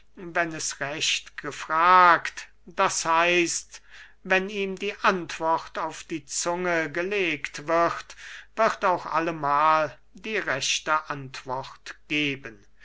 wenn es recht gefragt das heißt wenn ihm die antwort auf die zunge gelegt wird wird auch allemahl die rechte antwort geben